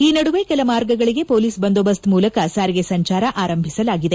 ಈ ನಡುವೆ ಕೆಲ ಮಾರ್ಗಗಳಿಗೆ ಪೊಲೀಸ್ ಬಂದೋಬಸ್ ್ಮೂಲಕ ಸಾರಿಗೆ ಸಂಚಾರ ಆರಂಭಿಸಲಾಗಿದೆ